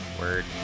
Word